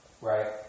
Right